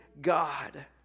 God